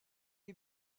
est